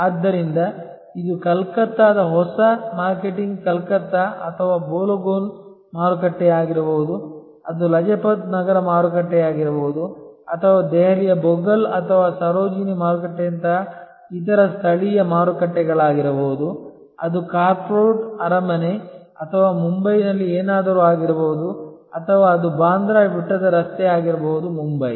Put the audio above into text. ಆದ್ದರಿಂದ ಇದು ಕಲ್ಕತ್ತಾದ ಹೊಸ ಮಾರ್ಕೆಟಿಂಗ್ ಕಲ್ಕತ್ತಾ ಅಥವಾ ಬೊಲೊಗುನ್ ಮಾರುಕಟ್ಟೆಯಾಗಿರಬಹುದು ಅದು ಲಜಪತ್ ನಗರ ಮಾರುಕಟ್ಟೆಯಾಗಿರಬಹುದು ಅಥವಾ ದೆಹಲಿಯ ಬೊಗಲ್ ಅಥವಾ ಸರೋಜಿನಿ ಮಾರುಕಟ್ಟೆಯಂತಹ ಇತರ ಸ್ಥಳೀಯ ಮಾರುಕಟ್ಟೆಗಳಾಗಿರಬಹುದು ಅದು ಕ್ರಾಫೋರ್ಡ್ ಅರಮನೆ ಅಥವಾ ಮುಂಬೈನಲ್ಲಿ ಏನಾದರೂ ಆಗಿರಬಹುದು ಅಥವಾ ಅದು ಬಾಂದ್ರಾ ಬೆಟ್ಟದ ರಸ್ತೆಯಾಗಿರಬಹುದು ಮುಂಬೈ